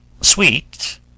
sweet